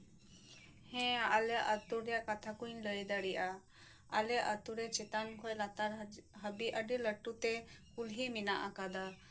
ᱦᱮᱸ ᱟᱞᱮ ᱟᱹᱛᱩ ᱨᱮᱭᱟᱜ ᱠᱟᱛᱷᱟ ᱠᱚᱧ ᱞᱟᱹᱭ ᱫᱟᱲᱮᱭᱟᱜᱼᱟ ᱟᱞᱮ ᱟᱹᱛᱩᱨᱮ ᱪᱮᱛᱟᱱ ᱠᱷᱚᱱ ᱞᱟᱛᱟᱨ ᱦᱟᱹᱵᱤᱡ ᱟᱹᱰᱤ ᱞᱟᱹᱴᱩ ᱛᱮ ᱠᱩᱞᱦᱤ ᱢᱮᱱᱟᱜ ᱟᱠᱟᱫᱟ